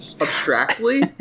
abstractly